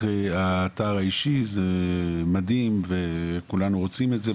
האתר האישי זה מדהים וכולנו רוצים את זה,